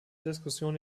diskussion